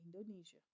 Indonesia